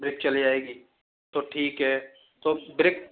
brick चल जाएगी तो ठीक है